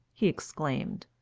he exclaimed,